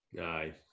Aye